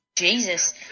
Jesus